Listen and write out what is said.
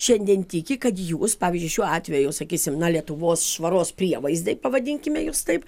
šiandien tiki kad jūs pavyzdžiui šiuo atveju sakysim na lietuvos švaros prievaizdai pavadinkime jus taip